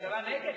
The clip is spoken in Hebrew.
הממשלה נגד?